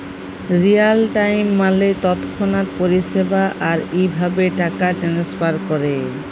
Real time মালে তৎক্ষণাৎ পরিষেবা, আর ইভাবে টাকা টেনেসফার ক্যরে